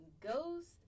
Ghost